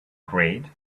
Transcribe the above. create